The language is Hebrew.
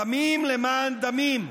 דמים למען דמים.